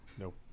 Nope